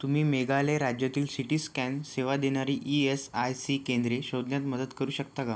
तुम्ही मेघालय राज्यातील सिटीस्कॅन सेवा देणारी ई एस आय सी केंद्रे शोधण्यात मदत करू शकता का